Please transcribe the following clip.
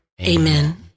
Amen